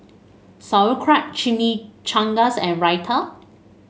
Sauerkraut Chimichangas and Raita